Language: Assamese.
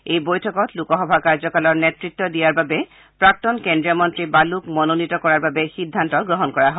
এই বৈঠকত লোকসভা কাৰ্যকালৰ নেত়ত দিয়াৰ বাবে প্ৰাক্তন কেন্দ্ৰীয় মন্নী বালুক মনোনীত কৰাৰ বাবে সিদ্ধান্ত গ্ৰহণ কৰা হয়